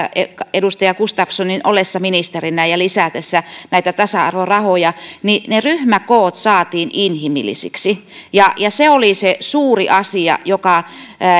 edustaja gustafssonin ollessa ministerinä ja lisätessä näitä tasa arvorahoja että ryhmäkoot saatiin inhimillisiksi se oli se suuri asia joka